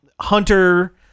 hunter